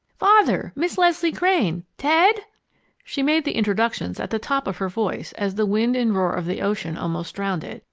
father miss leslie crane! ted she made the introductions at the top of her voice as the wind and roar of the ocean almost drowned it,